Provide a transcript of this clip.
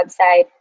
website